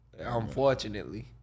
unfortunately